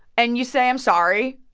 and you say, i'm sorry.